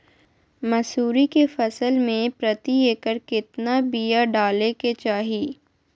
मसूरी के फसल में प्रति एकड़ केतना बिया डाले के चाही?